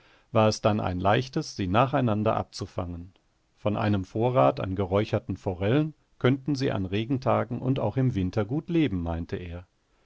war es dann ein leichtes sie nacheinander abzufangen von einem vorrat an geräucherten forellen könnten sie an regentagen und auch im winter gut leben meinte er